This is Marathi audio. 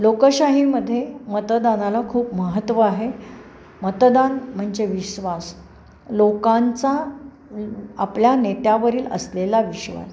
लोकशाहीमध्ये मतदानाला खूप महत्त्व आहे मतदान म्हणजे विश्वास लोकांचा आपल्या नेत्यावरील असलेला विश्वास